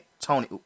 Tony